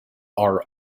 are